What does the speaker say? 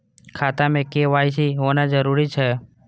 खाता में के.वाई.सी होना जरूरी छै?